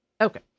Okay